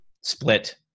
split